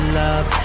love